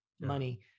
money